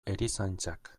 erizaintzak